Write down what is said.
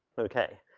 okay.